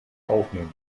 aufnehmt